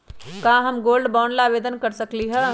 का हम gold bond ला आवेदन कर सकली ह?